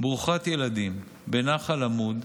ברוכת ילדים בנחל עמוד,